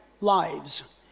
lives